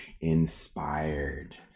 Inspired